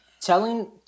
Telling